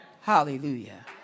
Hallelujah